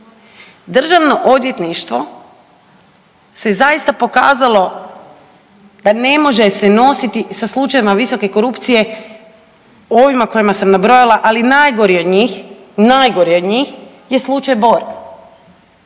Državno odvjetništvo se zaista pokazalo da ne može se nositi sa slučajevima visoke korupcije ovima kojima sam nabrojala, ali najgori od njih, najgori